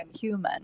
human